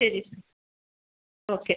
ശരി sir okay